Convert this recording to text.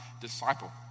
disciple